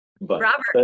Robert